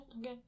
okay